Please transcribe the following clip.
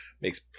Makes